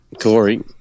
Corey